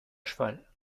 cheval